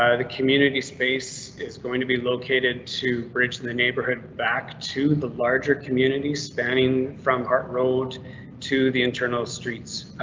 ah the community space is going to be located to bridge the neighborhood back to the larger community, spanning from heart rd to the internal streets.